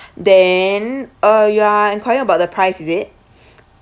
then uh you are enquiring about the price is it